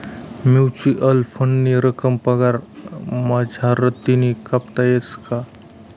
Mutual फंडनी रक्कम पगार मझारतीन कापता येस का?